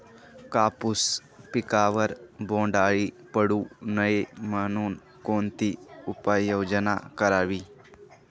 कापूस पिकावर बोंडअळी पडू नये म्हणून कोणती उपाययोजना करावी?